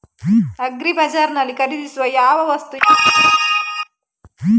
Agri bazaar ನಲ್ಲಿ ಖರೀದಿಸಲು ಯಾವ ವಸ್ತು ಯೋಗ್ಯ?